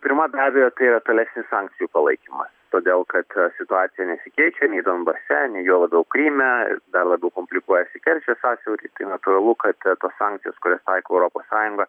pirma be abejo tai yra tolesnis sankcijų palaikymas todėl kad situacija nesikeičia nei donbase nei juo labiau kryme dar labiau komplikuojasi kerčės sąsiaury tai natūralu kad tos sakncijos kurias taiko europos sąjunga